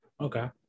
Okay